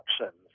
options